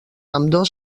ambdós